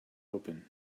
open